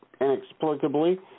inexplicably